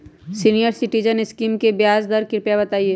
senior citizen scheme के ब्याज दर कृपया बताईं